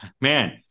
man